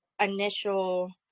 initial